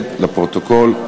לפרוטוקול.